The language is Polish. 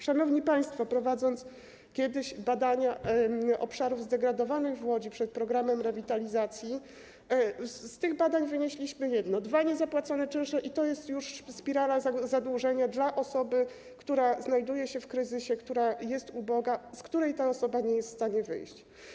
Szanowni państwo, prowadziliśmy kiedyś badania obszarów zdegradowanych w Łodzi, przed programem rewitalizacji, i z tych badań wynieśliśmy jedno: dwa niezapłacone czynsze to jest już spirala zadłużenia dla osoby, która znajduje się w kryzysie, która jest uboga - to spirala, z której ta osoba nie jest w stanie wyjść.